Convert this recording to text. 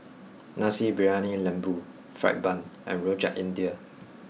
Nasi Briyani Lembu Fried Bun and Rojak India